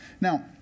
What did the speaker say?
Now